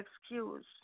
excuse